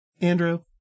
Andrew